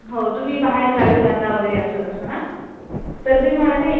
हो तुम्ही बाहेरगावी जाता वगैरे असं तसं ना तर तुम्ही मला काही